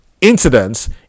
Incidents